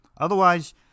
Otherwise